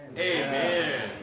Amen